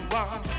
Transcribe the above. one